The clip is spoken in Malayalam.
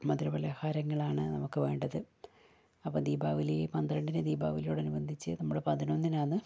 മധുര പലഹാരങ്ങളാണ് നമുക്ക് വേണ്ടത് അപ്പം ദീപാവലി പന്ത്രണ്ടിന് ദീപാവലിയോട് അനുബന്ധിച്ച് നമ്മള് പതിനൊന്നിനാന്ന്